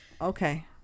Okay